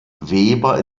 weber